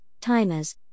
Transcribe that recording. timers